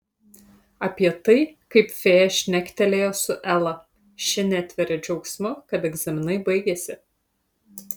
apie tai kaip fėja šnektelėjo su ela ši netveria džiaugsmu kad egzaminai baigėsi